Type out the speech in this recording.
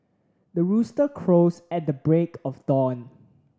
the rooster crows at the break of dawn